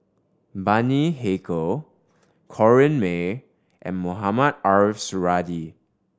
Bani Haykal Corrinne May and Mohamed Ariff Suradi